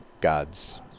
God's